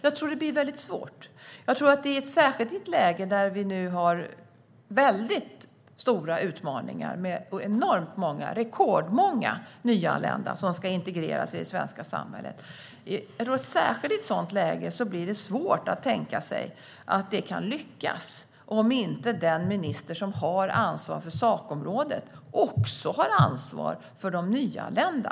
Jag tror att detta blir väldigt svårt, särskilt i det läge vi nu har, med väldigt stora utmaningar och enormt många, rekordmånga nyanlända som ska integreras i det svenska samhället. Jag tror att det blir svårt att tänka sig att det kan lyckas om inte den minister som har ansvar för sakområdet också har ansvar för de nyanlända.